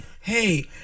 Hey